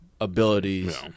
Abilities